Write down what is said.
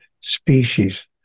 species